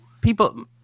people